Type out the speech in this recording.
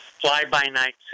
fly-by-night